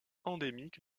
endémique